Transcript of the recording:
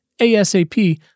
ASAP